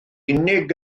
unig